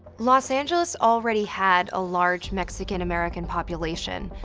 los angeles already had a large mexican-american population,